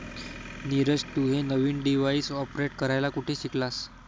नीरज, तू हे नवीन डिव्हाइस ऑपरेट करायला कुठे शिकलास?